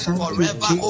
forever